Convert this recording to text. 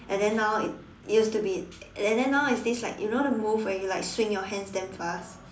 and then now it used to be and then now it's this like you know the move where you like swing your hands damn fast